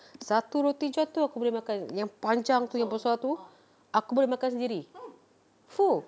satu roti john tu aku boleh makan yang panjang punya besar tu aku boleh makan sendiri !fuh!